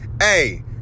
Hey